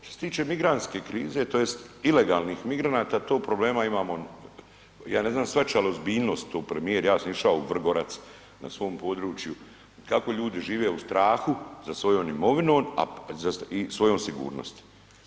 Što se tiče migrantske krize, tj. ilegalnih migranata tog problema imamo, ja ne znam shvaća li ozbiljnost to premijer, ja sam išao u Vrgorac na svom području, kako ljudi žive u strahu sa svojom imovinom i svojom sigurnosti.